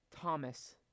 Thomas